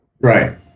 Right